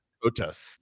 protest